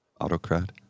autocrat